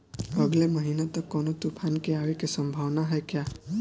अगले महीना तक कौनो तूफान के आवे के संभावाना है क्या?